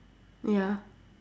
ya